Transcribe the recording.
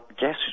guess